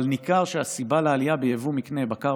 אבל ניכר שהסיבה לעלייה ביבוא מקנה בקר